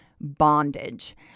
bondage